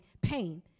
pain